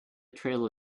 trail